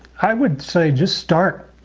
i would say just start.